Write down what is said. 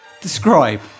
Describe